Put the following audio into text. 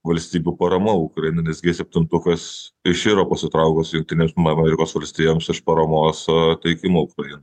valstybių parama ukrainai nes g septintukas iširo pasitraukus jungtinėms amerikos valstijoms iš paramos teikimo ukrainai